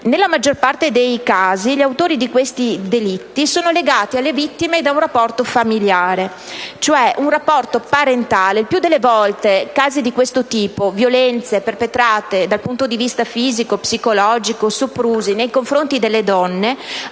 Nella maggior parte dei casi gli autori di tali delitti sono legati alle vittime da un rapporto familiare, ossia da un rapporto parentale: il più delle volte casi di questo tipo (violenze perpetrate dal punto di vista fisico e psicologico o soprusi nei confronti delle donne)